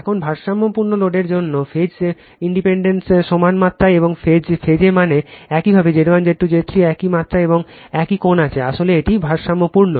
এখন ভারসাম্যপূর্ণ লোডের জন্য ফেজ ইম্পিডেন্স সমান মাত্রায় এবং ফেজে মানে একইভাবে Z1 Z2 Z 3 একই মাত্রা এবং একই কোণে আছে তাহলে এটি ভারসাম্যপূর্ণ